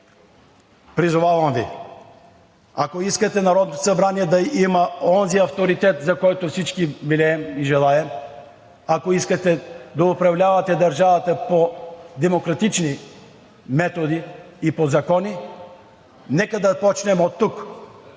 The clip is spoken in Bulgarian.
призовавам Ви: ако искате Народното събрание да има онзи авторитет, за който всички милеем и желаем, ако искате да управлявате държавата по демократични методи и по закони, нека да започнем оттук